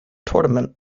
tournament